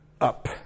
up